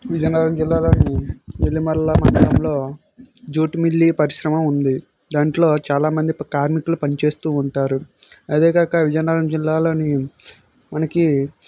విజయనగరం జిల్లాలోని నీలిమల్ల మండలంలో జూట్ మిల్లి పరిశ్రమ ఉంది దాంట్లో చాలామంది ప కార్మికులు పని చేస్తూ ఉంటారు అదేకాక విజయనగరం జిల్లాలోని మనకి